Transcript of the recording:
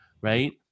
right